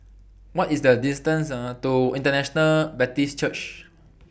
What IS The distance to International Baptist Church